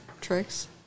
tricks